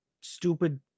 stupid